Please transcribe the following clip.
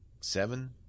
seven